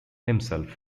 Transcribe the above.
himself